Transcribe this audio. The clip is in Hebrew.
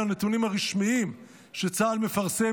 אלה הנתונים הרשמיים שצה"ל מפרסם.